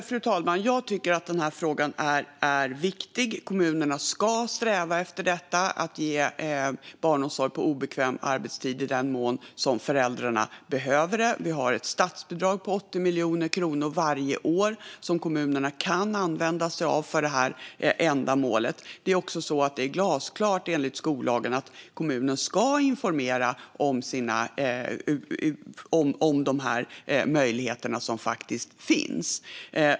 Fru talman! Jag tycker att frågan är viktig. Kommunerna ska sträva efter att ge barnomsorg på obekväm arbetstid i den mån som föräldrar behöver det. Vi har ett statsbidrag på 80 miljoner kronor varje år som kommunerna kan använda sig av för ändamålet. Det är också glasklart enligt skollagen att kommunen ska informera om de möjligheter som faktiskt finns.